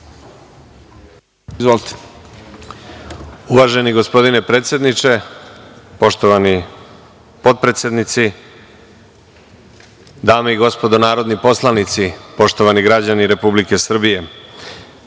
Gospodine predsedniče, poštovani potpredsednici, dame i gospodo narodni poslanici, poštovani građani Republike Srbije,